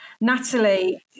natalie